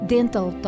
Dental